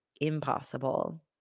impossible